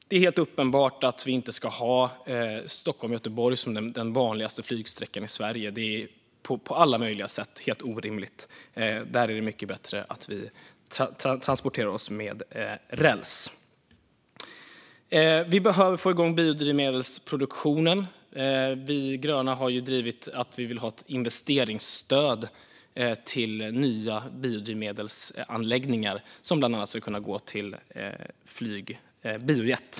Det är uppenbart att Stockholm-Göteborg inte ska vara den vanligaste flygsträckan i Sverige; det är på alla möjliga sätt helt orimligt. Där är det mycket bättre att vi transporterar oss på räls. Vi behöver få igång biodrivmedelsproduktionen. Vi gröna har drivit på för ett investeringsstöd till nya biodrivmedelsanläggningar som bland annat ska tillverka biojet.